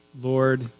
Lord